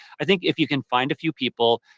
i think if you can find a few people,